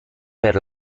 per